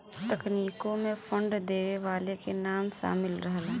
तकनीकों मे फंड देवे वाले के नाम सामिल रहला